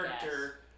character